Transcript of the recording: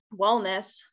wellness